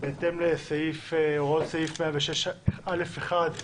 בהתאם להוראות 106(א)(1)